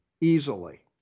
easily